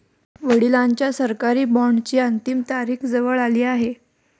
वडिलांच्या सरकारी बॉण्डची अंतिम तारीख जवळ आली आहे